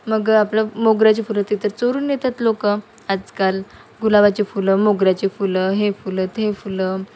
मग आपलं मोगऱ्याचे फुलं ते तर चोरून नेतात लोकं आजकाल गुलाबाचे फुलं मोगऱ्याचे फुलं हे फुलं ते फुलं